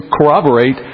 corroborate